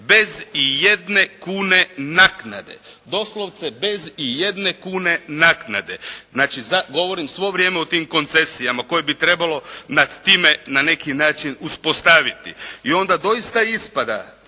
bez i jedne kune naknade. Doslovce bez i jedne kune naknade. Znači, govorim svo vrijeme o tim koncesijama koje bi trebalo nad time na neki način uspostaviti. I onda doista ispada,